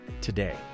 today